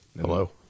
Hello